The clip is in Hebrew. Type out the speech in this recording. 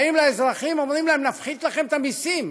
באים לאזרחים, אומרים להם: נפחית לכם את המסים.